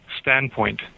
standpoint